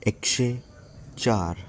एकशे चार